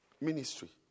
ministry